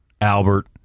Albert